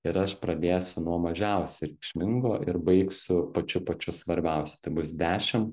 ir aš pradėsiu nuo mažiausia reikšmingo ir baigsiu pačiu pačiu svarbiausiu tai bus dešim